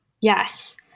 Yes